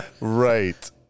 Right